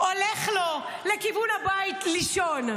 -- הולך לו לכיוון הבית לישון,